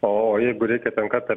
o jeigu reikia ten kartą